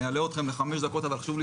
אני אלאה אתכם 5 דקות אבל חשוב לי